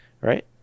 Right